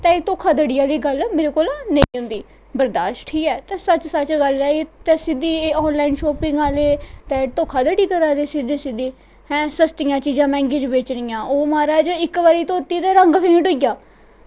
तां धोखा धड़ी आह्ली गल्ल नेईं होंदी बरदाश ठीक ऐ ते सच्च सच्च गल्ल ऐ सिद्धा ऑन लाईन शापिंग आह्ले ते दौखा धड़ी करा दे सिद्धी सिद्धी सस्तियां चीजां मैंह्गियें च बेचनियां ओह् मारज इक बारी धोत्ती तां रंग फेंट होईया